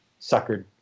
suckered